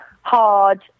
hard